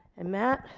and matt?